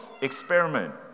experiment